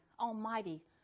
Almighty